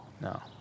No